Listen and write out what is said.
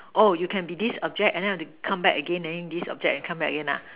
oh you can be this object and then want to come back again then this object and come back again nah